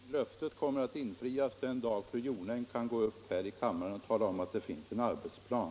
Herr talman! Löftet kommer att infrias den dag fru Jonäng kan gå upp här i kammaren och tala om att det finns en arbetsplan.